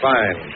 Fine